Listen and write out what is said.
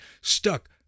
stuck